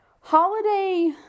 holiday